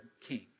king